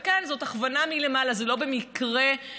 וכן, זאת הכוונה מלמעלה, זה לא קורה במקרה.